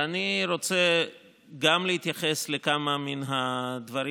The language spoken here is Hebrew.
ואני רוצה גם להתייחס לכמה מן הדברים